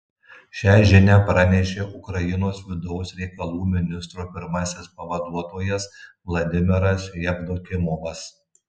šią žinią pranešė ukrainos vidaus reikalų ministro pirmasis pavaduotojas vladimiras jevdokimovas